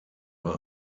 war